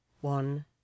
one